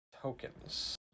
tokens